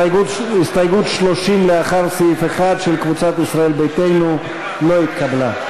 הסתייגות 30 לאחר סעיף 1 של קבוצת ישראל ביתנו לא התקבלה.